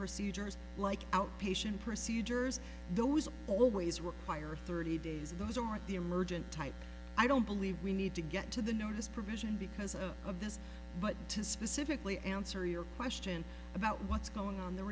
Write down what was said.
procedures like outpatient procedures those always require thirty days those are the emergent type i don't believe we need to get to the newest provision because of this but to specifically answer your question about what's going on the